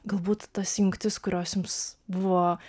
galbūt tas jungtis kurios jums buvo